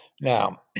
Now